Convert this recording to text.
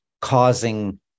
causing